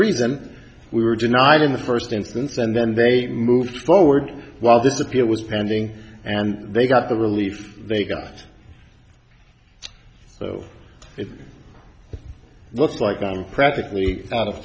reason we were genine in the first instance and then they moved forward while this appeal was pending and they got the relief they got so it looks like i'm practically ou